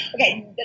Okay